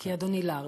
כי אדוני לארג'.